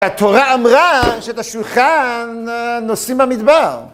התורה אמרה שאת השולחן נשים במדבר.